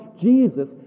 Jesus